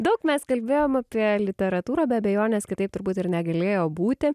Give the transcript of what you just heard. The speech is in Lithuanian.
daug mes kalbėjom apie literatūrą be abejonės kitaip turbūt ir negalėjo būti